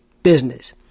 business